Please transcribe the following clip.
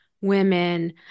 women